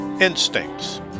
Instincts